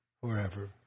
forever